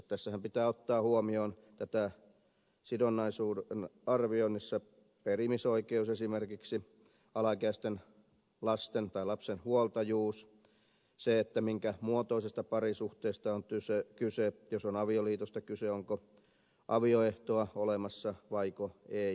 tässähän pitää ottaa huomioon sidonnaisuuden arvioinnissa esimerkiksi perimisoikeus alaikäisten lasten tai lapsen huoltajuus tai se minkä muotoisesta parisuhteesta on kyse ja jos on avioliitosta kyse onko avioehtoa olemassa vai ei